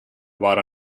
waren